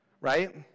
right